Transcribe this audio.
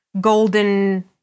golden